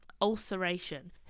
ulceration